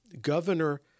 Governor